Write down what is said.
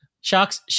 sharks